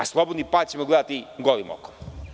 Slobodni pad ćemo gledati golim okom.